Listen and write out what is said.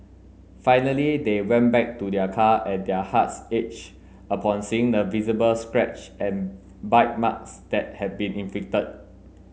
finally they went back to their car and their hearts upon seeing the visible scratch and bite marks that had been inflicted